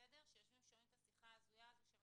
שיושבים ושומעים את השיחה ההזויה שאנחנו